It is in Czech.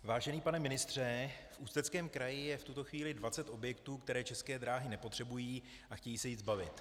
Vážený pane ministře, v Ústeckém kraji je v tuto chvíli dvacet objektů, které České dráhy nepotřebují a chtějí se jich zbavit.